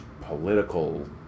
political